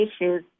issues